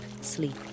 sleep